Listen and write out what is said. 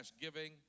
giving